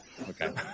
Okay